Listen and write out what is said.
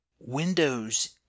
Windows